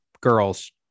girls